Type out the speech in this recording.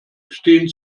stehen